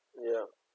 ya